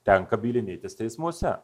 tenka bylinėtis teismuose